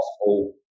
possible